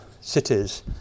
cities